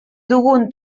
dugun